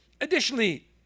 Additionally